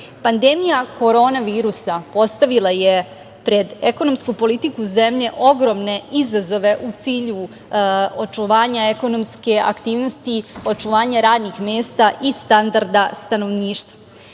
Pandemija korona virusa postavila je pred ekonomsku politiku zemlje ogromne izazove u cilju očuvanja ekonomske aktivnosti, očuvanja radnih mesta i standarda stanovništva. Država